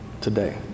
Today